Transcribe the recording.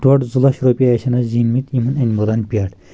ڈۄڈ زٕ لچھ رۄپیہِ ٲسن اَسہِ زیٖنۍ مٕتۍ یِمن أیٚنمٕرلَن پؠٹھ